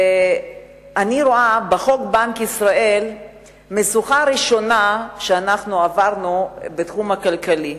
אני רואה בחוק בנק ישראל משוכה ראשונה שעברנו בתחום הכלכלי,